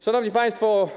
Szanowni Państwo!